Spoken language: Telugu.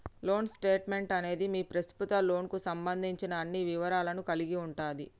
లోన్ స్టేట్మెంట్ అనేది మీ ప్రస్తుత లోన్కు సంబంధించిన అన్ని వివరాలను కలిగి ఉంటది